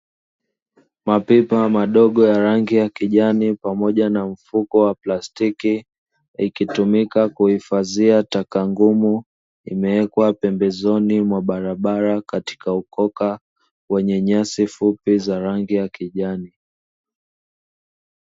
Mapipa madogo ya rangi ya kijani pamoja na mfuko wa plastiki ikitumika kuhifadhia taka ngumu, imewekwa pembezoni mwa barabara katika ukoka wenye nyasi fupi za rangi ya kijani.